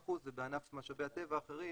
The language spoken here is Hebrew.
62% ובענף משאבי הטבע האחרים